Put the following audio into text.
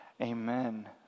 Amen